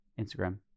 Instagram